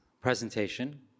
presentation